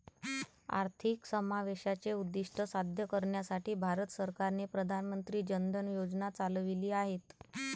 आर्थिक समावेशाचे उद्दीष्ट साध्य करण्यासाठी भारत सरकारने प्रधान मंत्री जन धन योजना चालविली आहेत